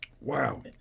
Wow